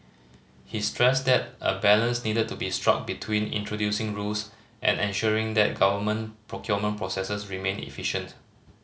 he stressed that a balance needed to be struck between introducing rules and ensuring that government procurement processes remain efficient